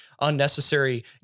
unnecessary